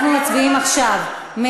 אנחנו מצביעים עכשיו, שזה יעבור לוועדה.